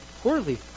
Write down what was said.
poorly